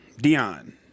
Dion